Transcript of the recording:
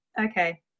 Okay